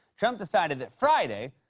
trump decided that friday,